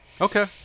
okay